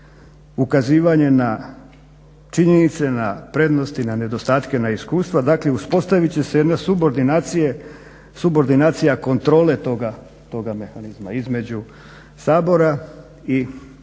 ukazivanje na činjenice, na prednosti, na nedostatke, na iskustva dakle uspostavit će se jedna subordinacije, subordinacija kontrole toga mehanizma između Sabora i toga